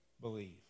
believe